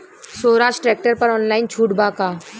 सोहराज tractor पर online छूट बा का?